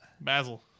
Basil